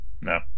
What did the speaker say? No